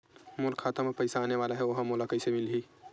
मोर खाता म पईसा आने वाला हे ओहा मोला कइसे मिलही?